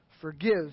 Forgive